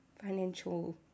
financial